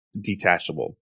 detachable